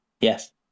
yes